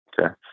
okay